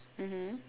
mmhmm